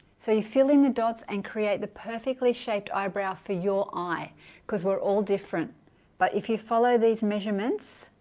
so you fill in the dots and create the perfectly shaped eyebrow for your eye because we're all different but if you follow these measurements